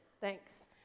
Thanks